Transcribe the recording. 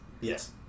Yes